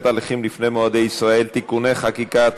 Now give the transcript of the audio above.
הליכים לפני מועדי ישראל (תיקוני חקיקה),